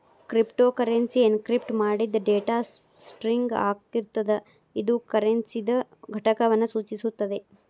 cryptocurrency encrypt ಮಾಡಿದ್ data string ಆಗಿರ್ತದ ಇದು ಕರೆನ್ಸಿದ್ ಘಟಕವನ್ನು ಸೂಚಿಸುತ್ತದೆ